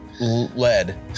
lead